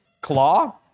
claw